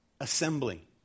assembly